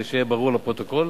זה שיהיה ברור לפרוטוקול,